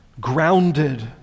grounded